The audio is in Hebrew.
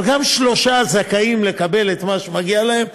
אבל גם שלושה זכאים לקבל את מה שמגיע להם.